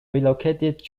relocated